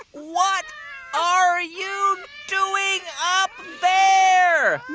what are you doing up there?